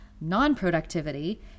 non-productivity